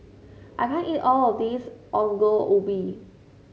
I can't eat all of this Ongol Ubi